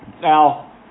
Now